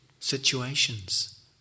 Situations